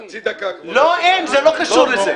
חצי דקה, כבוד היושב-ראש.